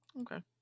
Okay